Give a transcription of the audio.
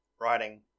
writing